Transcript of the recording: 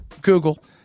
Google